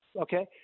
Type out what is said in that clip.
okay